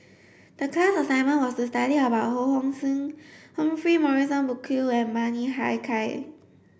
the class assignment was to study about Ho Hong Sing Humphrey Morrison Burkill and Bani Haykal